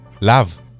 Love